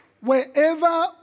Wherever